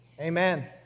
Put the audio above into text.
Amen